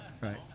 Right